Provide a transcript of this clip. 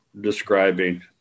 describing